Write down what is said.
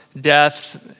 death